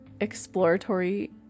exploratory